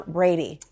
Brady